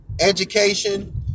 Education